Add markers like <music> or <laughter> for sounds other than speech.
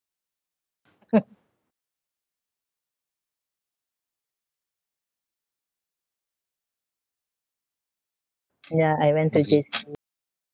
<laughs> ya I went to J_C